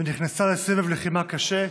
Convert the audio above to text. ונכנסה לסבב לחימה קשה.